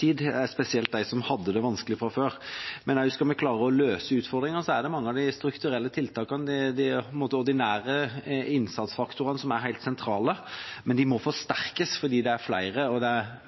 tid, er spesielt dem som hadde det vanskelig fra før, men også at skal vi klare å løse utfordringene, er det mange av de strukturelle tiltakene, de på en måte ordinære innsatsfaktorene, som er helt sentrale. De må forsterkes, for det er flere, og det er